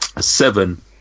Seven